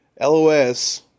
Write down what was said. LOS